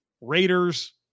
Raiders